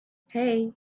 hey